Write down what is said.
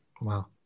Wow